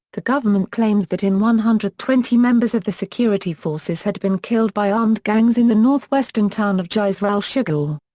the government claimed that in one hundred and twenty members of the security forces had been killed by armed gangs in the northwestern town of jisr al-shughour.